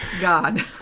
God